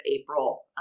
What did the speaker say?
April